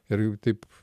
ir taip